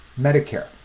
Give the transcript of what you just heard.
Medicare